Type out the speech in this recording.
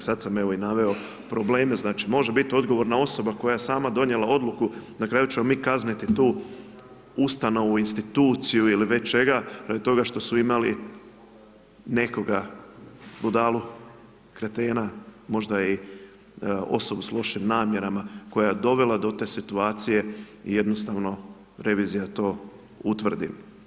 Sada sam evo i naveo probleme znači, može biti odgovorna osoba koja je sama donijela odluku, na kraju ćemo mi kazniti tu ustanovu instituciju ili već čega, radi toga što su imali nekoga, budalu, kretena, možda i osobu s lošim namjerama, koja je dovela do te situacije i jednostavno revizija to utvrdi.